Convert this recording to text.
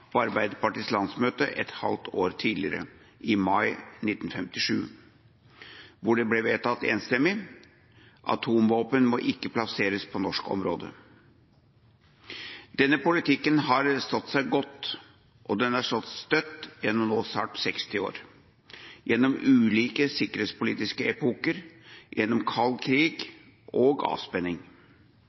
på Arbeiderpartiets landsmøte et halvt år tidligere, i mai 1957, hvor det ble vedtatt enstemmig: «Atomvåpen må ikke plasseres på norsk område.» Denne politikken har stått seg godt, og den har stått støtt gjennom snart 60 år – gjennom ulike sikkerhetspolitiske epoker, gjennom kald krig og avspenning.